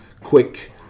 quick